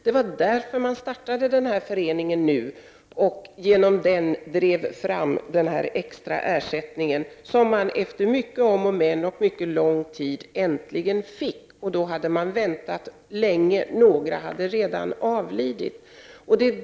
Det var därför som man startade föreningen och genom den drev fram den extra ersättningen, som man efter många om och men äntligen fick. Då hade man väntat länge, några hade redan avlidit.